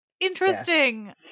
Interesting